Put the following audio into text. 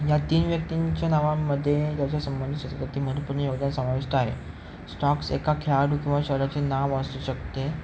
या तीन व्यक्तींच्या नावामध्ये ज्याच्या संबंधित महत्त्वपूर्ण योगदान समावेश आहे स्टॉक्स एका खेळाडू किंवा शहराचे नाव असू शकते